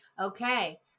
Okay